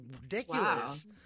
ridiculous